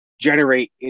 generate